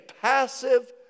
passive